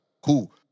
cool